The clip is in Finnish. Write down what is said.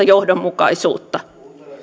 johdonmukaisuutta